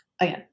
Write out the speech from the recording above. Again